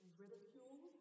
ridicule